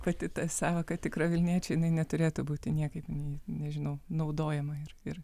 pati ta sąvoka tikra vilniečiai neturėtų būti niekaip nežinau naudojama ir ir